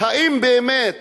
האם באמת